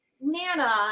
Nana